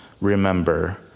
remember